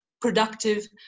productive